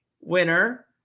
winner